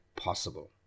possible